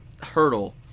hurdle